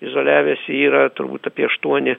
izoliavęsi yra turbūt apie aštuoni